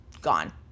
gone